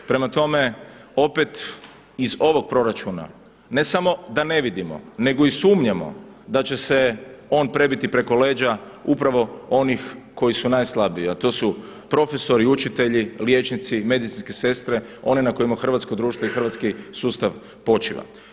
Prema tome, opet iz ovog proračuna ne samo da ne vidimo nego i sumnjamo da će se on prebiti preko leđa upravo onih koji su najslabiji a to su profesori, učitelji, liječnici, medicinske sestre, one na kojima hrvatsko društvo i hrvatski sustav počiva.